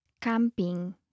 Camping